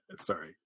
Sorry